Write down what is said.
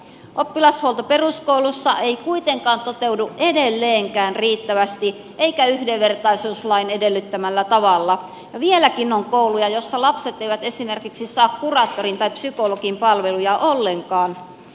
oppilashuolto peruskoulussa ei kuitenkaan toteudu edelleenkään riittävästi eikä yhdenvertaisuuslain edellyttämällä tavalla ja vieläkin on kouluja joissa lapset eivät esimerkiksi saa kuraattorin tai psykologin palveluja ollenkaan